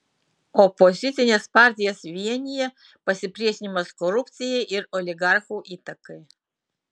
opozicines partijas vienija pasipriešinimas korupcijai ir oligarchų įtakai